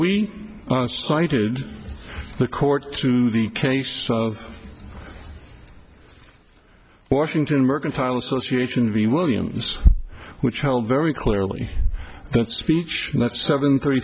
pointed the court to the case of washington mercantile association v williams which held very clearly that speech that's seven thirty